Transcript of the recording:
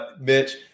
Mitch